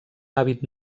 hàbit